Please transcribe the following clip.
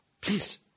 Please